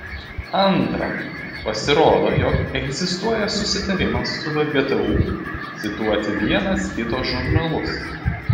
antra pasirodo jog egzistuoja susitarimas su vgtu cituoti vienas kito žurnalus